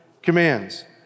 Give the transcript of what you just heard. commands